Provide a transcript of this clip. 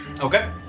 Okay